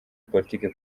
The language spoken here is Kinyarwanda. politiki